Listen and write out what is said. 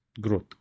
growth